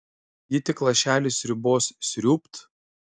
ji tik lašelį sriubos sriūbt